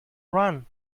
run